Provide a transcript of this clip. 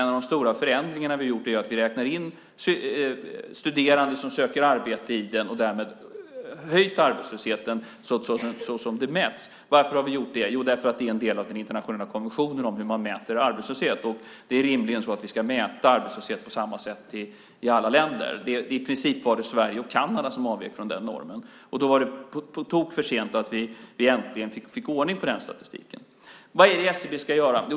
En av de stora förändringarna som vi har gjort är att vi räknar in studerande som söker arbete. Vi har därmed höjt arbetslösheten såsom den mäts. Varför har vi gjort det? Jo, därför att det är en del av den internationella konventionen om hur man mäter arbetslöshet. Det är rimligen så att vi ska mäta arbetslöshet på samma sätt i alla länder. I princip var det Sverige och Kanada som avvek från normen, och det var på tok för sent när vi äntligen fick ordning på statistiken. Vad är det SCB ska göra?